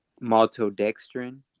maltodextrin